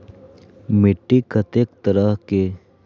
मिट्टी कतेक तरह के?